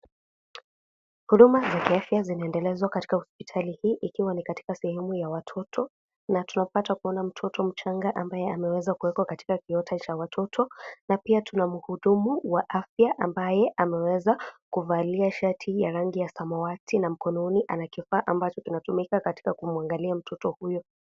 Huduma za kiafya zinaendelezwa katika hospitali, hii ikiwa ni katika sehemu ya watoto na tunapata kuona mtoto mchanga ambaye ameweza kuekwa katika kiota cha watoto na pia tuna mhudumu wa afya ambaye ameweza kuvalia shati ya rangi ya samawati na mkononi ana kifaa ambacho kinatumika katika kumuangalia mtoto huyo.